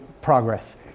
progress